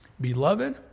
Beloved